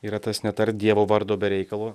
yra tas netark dievo vardo be reikalo